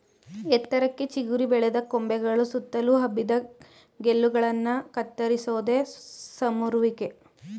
ಎತ್ತರಕ್ಕೆ ಚಿಗುರಿ ಬೆಳೆದ ಕೊಂಬೆಗಳು ಸುತ್ತಲು ಹಬ್ಬಿದ ಗೆಲ್ಲುಗಳನ್ನ ಕತ್ತರಿಸೋದೆ ಸಮರುವಿಕೆ